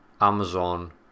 Amazon